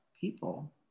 people